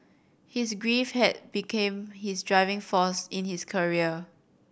his grief had became his driving force in his career